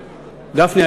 גפני,